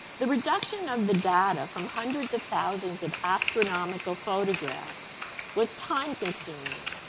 the reduction of the data from hundreds of thousands of astronomical photographs was time consuming,